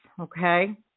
Okay